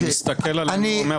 הסתכל עלינו.